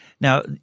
Now